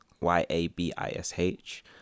Y-A-B-I-S-H